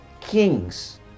kings